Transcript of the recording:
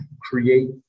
create